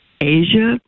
Asia